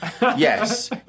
yes